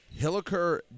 Hilliker